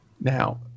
Now